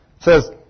says